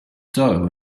dough